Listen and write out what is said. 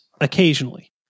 occasionally